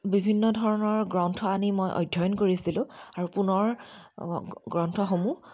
বিভিন্ন ধৰণৰ গ্ৰন্থ আনি মই অধ্যয়ন কৰিছিলোঁ আৰু পুনৰ গ্ৰন্থসমূহ